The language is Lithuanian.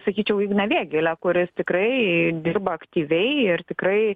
sakyčiau igną vėgėlę kuris tikrai dirba aktyviai ir tikrai